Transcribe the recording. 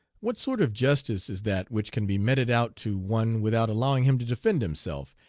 what sort of justice is that which can be meted out to one without allowing him to defend himself,